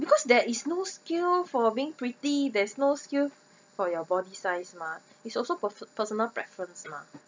because there is no skill for being pretty there's no skill for your body size mah is also perso~ personal preference mah